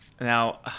Now